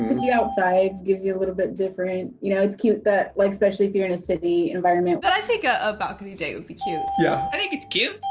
you outside, gives you a little bit different you know, it's cute that like especially if you're in a city environment. but i think ah a balcony date would be cute. yeah. i think it's cute.